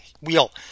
wheel